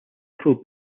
pro